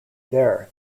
there